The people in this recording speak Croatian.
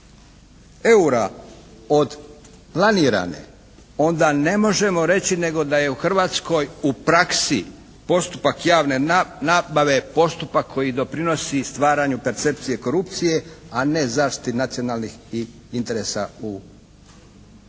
eura od planirane, onda ne možemo reći nego da je u Hrvatskoj u praksi postupak javne nabave postupak koji doprinosi stvaranju percepcije korupcije, a ne zaštiti nacionalnih interesa u potrošnji